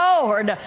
Lord